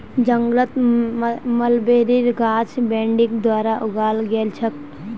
जंगलत मलबेरीर गाछ बडिंग द्वारा उगाल गेल छेक